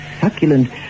succulent